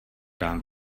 dám